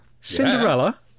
Cinderella